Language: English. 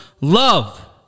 love